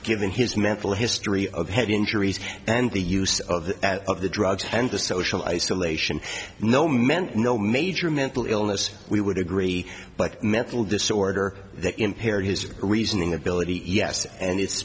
his mental history of head injuries and the use of the of the drugs and the social isolation no meant no major mental illness we would agree but mental disorder that impair his reasoning ability e s and it's